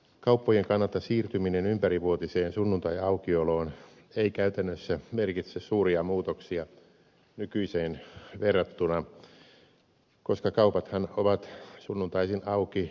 kauppojen kannalta siirtyminen ympärivuotiseen sunnuntaiaukioloon ei käytännössä merkitse suuria muutoksia nykyiseen verrattuna koska kaupathan ovat sunnuntaisin auki jo nyt puolet vuodesta